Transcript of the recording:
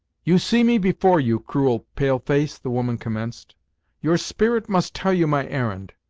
you see me before you, cruel pale-face, the woman commenced your spirit must tell you my errand.